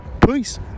Please